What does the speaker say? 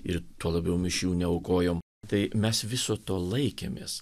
ir tuo labiau mišių neaukojom tai mes viso to laikėmės